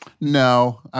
No